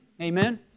Amen